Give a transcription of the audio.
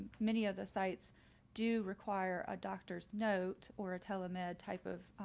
many of the sites do require a doctor's note or a telemann type of